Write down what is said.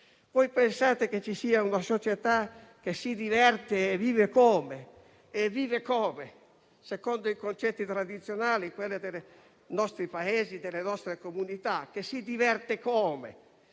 Pensate che ci sia una società che si diverte. E come vive? Vive secondo i concetti tradizionali, quelli dei nostri Paesi e delle nostre comunità. Come si diverte?